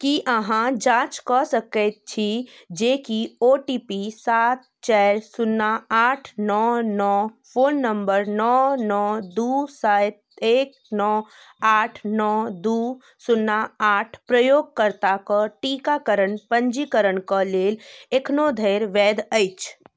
की अहाँ जाँच कऽ सकैत छी जे की ओ टी पी सात चारि शून्ना आठ नओ नओ फोन नंबर नओ नओ दू सात एक नओ आठ नओ दू शून्ना आठ प्रयोगकर्ताक टीकाकरण पञ्जीकरणक लेल एखनो धरि वैध अछि